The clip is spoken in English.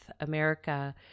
America